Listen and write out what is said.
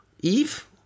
Eve